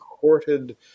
courted